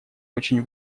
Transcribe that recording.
очень